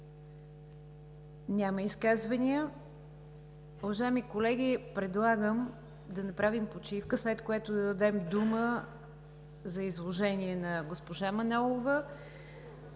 други изказвания? Няма. Уважаеми колеги, предлагам да направим почивка, след което да дадем дума за изложение на госпожа Манолова.